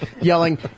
yelling